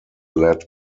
led